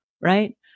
right